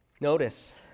Notice